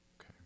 okay